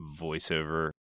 voiceover